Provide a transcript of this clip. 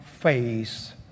face